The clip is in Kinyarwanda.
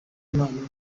impano